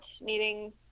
needing